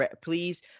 please